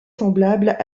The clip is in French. semblables